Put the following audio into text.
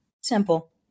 Simple